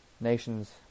Nations